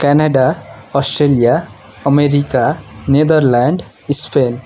Canada Australia America Netherlands Spain